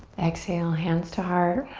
exhale, hands to heart.